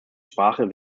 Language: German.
sprache